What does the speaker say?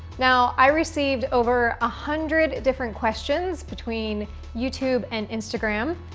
now, i received over a hundred different questions between youtube and instagram.